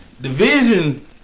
division